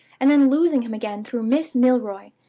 and then losing him again through miss milroy!